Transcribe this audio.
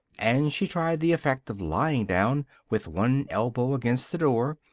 and she tried the effect of lying down, with one elbow against the door,